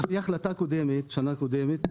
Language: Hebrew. על פי החלטה בשנה הקודמת,